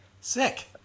Sick